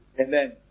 amen